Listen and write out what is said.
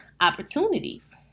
opportunities